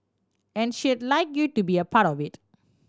and she'd like you to be a part of it